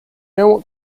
you